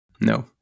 No